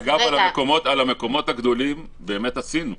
אגב, על המקומות הגדולים באמת עשינו עבודה.